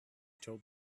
told